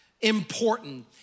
important